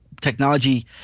technology